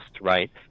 right